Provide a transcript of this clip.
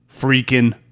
freaking